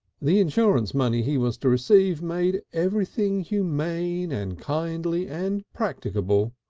the insurance money he was to receive made everything humane and kindly and practicable.